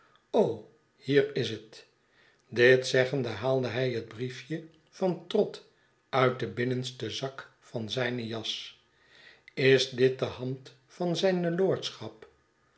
hier is het dit zeggende haalde hij het briefje van trott uit den binnensten zak van zijne jas is dit de hand van zijne lordschap